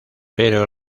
pero